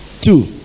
Two